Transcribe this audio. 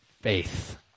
faith